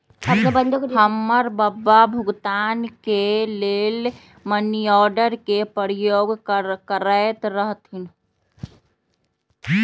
हमर बबा भुगतान के लेल मनीआर्डरे के प्रयोग करैत रहथिन